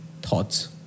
thoughts